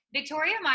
Victoria